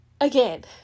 Again